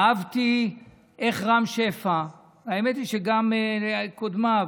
אהבתי איך רם שפע, האמת היא שגם קודמיו,